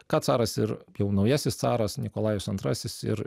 ką caras ir jau naujasis caras nikolajus antrasis ir